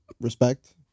respect